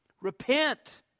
Repent